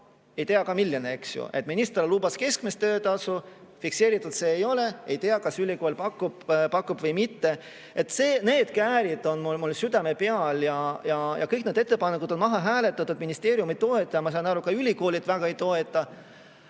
Ei teagi, milline, eks ju. Minister lubas keskmist töötasu, aga fikseeritud see ei ole, ei tea, kas ülikool pakub või mitte. Need käärid on mul südame peal. Kõik need ettepanekud on maha hääletatud. Ministeerium ei toeta ja ma saan aru, et ka ülikoolid väga ei toeta.